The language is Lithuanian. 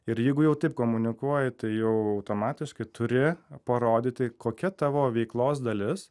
ir jeigu jau taip komunikuoji tai jau automatiškai turi parodyti kokia tavo veiklos dalis